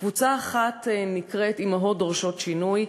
קבוצה אחת נקראת "אימהות דורשות שינוי",